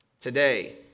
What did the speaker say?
today